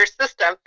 system